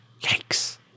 yikes